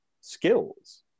skills